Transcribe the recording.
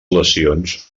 lesions